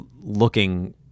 looking